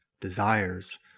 desires